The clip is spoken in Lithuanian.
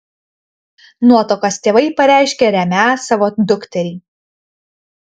nuotakos tėvai pareiškė remią savo dukterį